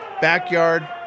backyard